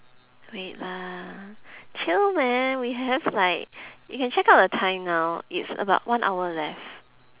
wait lah chill man we have like you can check out the time now it's about one hour left